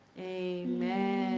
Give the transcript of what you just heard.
Amen